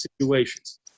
situations